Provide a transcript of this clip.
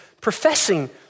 professing